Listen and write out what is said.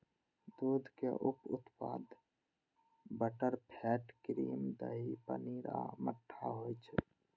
दूधक उप उत्पाद बटरफैट, क्रीम, दही, पनीर आ मट्ठा होइ छै